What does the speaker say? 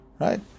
Right